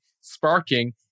sparking